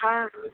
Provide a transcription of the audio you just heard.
हँ